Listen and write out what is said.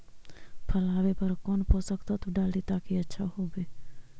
फल आबे पर कौन पोषक तत्ब डाली ताकि फल आछा होबे?